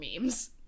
memes